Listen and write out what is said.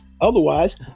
Otherwise